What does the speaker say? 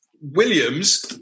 Williams